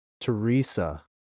Teresa